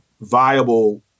viable